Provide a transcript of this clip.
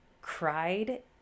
cried